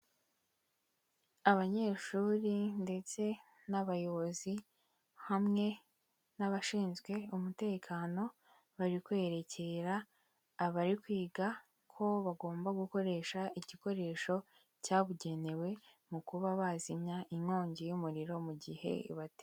Abanyeshuri ndetse n'abayobozi, hamwe n'abashinzwe umutekano, bari kwerekera abari kwiga ko bagomba gukoresha igikoresho cyabugenewe mu kuba, bazimya inkongi y'umuriro mu gihe ibateye.